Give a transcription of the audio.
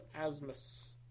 Asmus